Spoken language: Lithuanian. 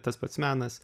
tas pats menas